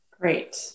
Great